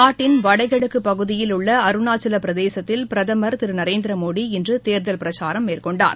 நாட்டின் வடகிழக்குபகுதியில் உள்ளஅருணாச்சலப்பிரதேசத்தில் பிரதமர் திருநரேந்திரமோடி இன்றுதேர்தல் பிரச்சாரம் மேற்கொண்டார்